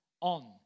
on